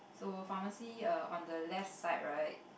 so pharmacy err on the left side right